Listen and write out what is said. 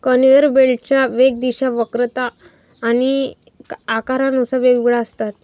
conveyor बेल्टच्या वेग, दिशा, वक्रता आणि आकारानुसार वेगवेगळ्या असतात